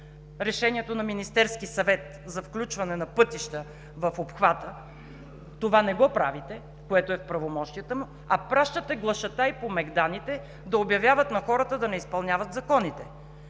Решението на Министерския съвет за включване на пътища в обхвата. Не правите това, което е в правомощията му, а пращате глашатаи по мегданите да обявяват на хората да не изпълняват законите.